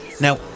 Now